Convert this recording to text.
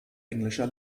englischer